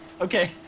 Okay